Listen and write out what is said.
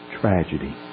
tragedy